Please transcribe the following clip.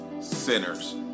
sinners